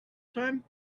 time